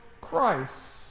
Christ